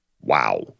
Wow